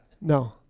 No